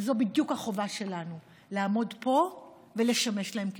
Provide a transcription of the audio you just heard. וזו בדיוק החובה שלנו לעמוד פה ולשמש להן לפה.